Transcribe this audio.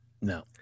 No